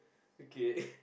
okay